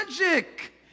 magic